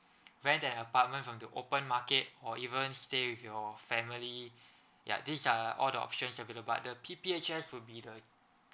rent an apartment from the open market or even stay with your family ya these are all the options available but the P_P_H_S will be the